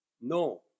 No